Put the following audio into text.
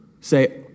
say